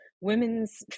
women's